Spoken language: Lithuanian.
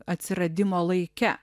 atsiradimo laike